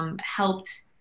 Helped